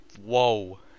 whoa